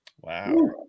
Wow